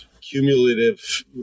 cumulative